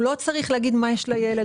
הוא לא צריך להגיד מה יש לילד,